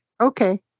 Okay